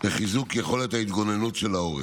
לחיזוק יכולת ההתגוננות של העורף.